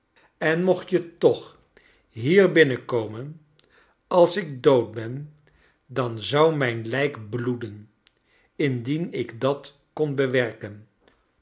en mocht je toch hier binnen komen als ik dood ben dan zou mijn lijk bloeden indien ik dat kon bewerken